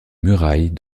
murailles